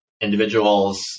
individuals